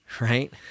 right